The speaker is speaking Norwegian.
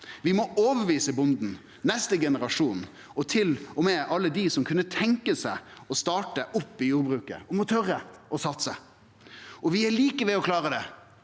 Vi må overtyde bonden, neste generasjon og til og med alle dei som kunne tenkje seg å starte opp i jordbruket, om å tore å satse – og vi er like ved å klare det.